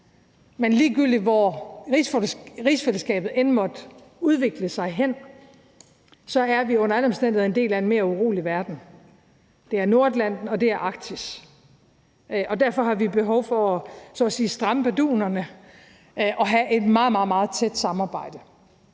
men ligegyldigt hvor rigsfællesskabet end måtte udvikle sig hen, er vi under alle omstændigheder en del af en mere urolig verden. Det er Nordatlanten, og det er Arktis. Derfor har vi behov for så at sige at stramme bardunerne og have et meget, meget tæt samarbejde.